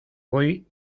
voy